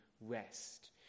rest